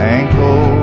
ankle